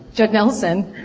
judd nelson.